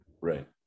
Right